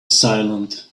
silent